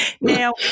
Now